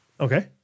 Okay